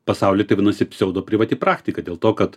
pasaulį tai vadinasi pseudo privati praktika dėl to kad